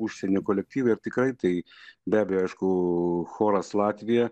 užsienio kolektyvai ir tikrai tai be abejo aišku choras latvija